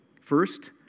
First